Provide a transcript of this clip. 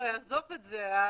עזוב את זה.